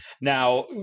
Now